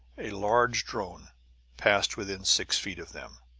a large drone passed within six feet of them.